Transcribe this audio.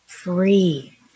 Free